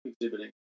exhibiting